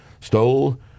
stole